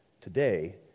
today